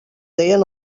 deien